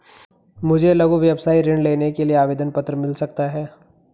मुझे लघु व्यवसाय ऋण लेने के लिए आवेदन पत्र मिल सकता है?